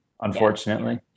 unfortunately